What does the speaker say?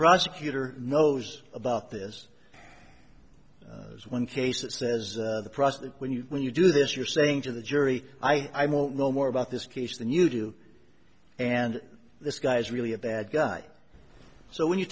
prosecutor knows about this as one case it says the process that when you when you do this you're saying to the jury i won't know more about this case than you do and this guy is really a bad guy so when you